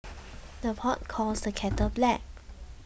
the pot calls the kettle black